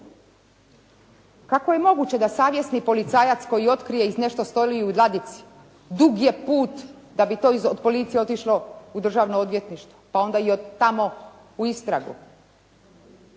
Kako je moguće da savjesni policajac koji otkrije … /Govornica se ne razumije./ … dug je put da bi to od policije otišlo u Državno odvjetništvo, pa onda i od tamo u istragu.